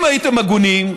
אם הייתם הגונים,